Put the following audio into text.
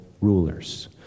rulers